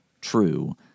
true –